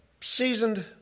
seasoned